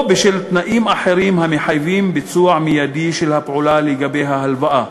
או בשל תנאים אחרים המחייבים ביצוע מיידי של הפעולה לגבי ההלוואה.